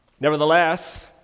Nevertheless